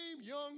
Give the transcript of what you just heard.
young